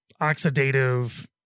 oxidative